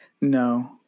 No